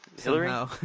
Hillary